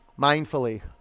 mindfully